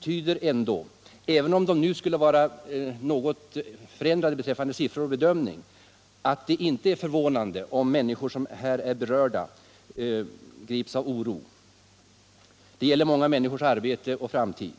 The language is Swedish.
visar ändå, även om de inte skulle vara helt exakta beträffande siffror och bedömning, att det inte är förvånande att de människor som här är berörda grips av oro. Det gäller många människors arbete och framtid.